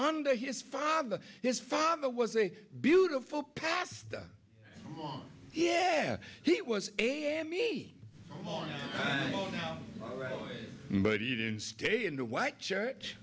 under his father his father was a beautiful past yeah he was a m e o but he didn't stay in the white church